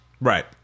Right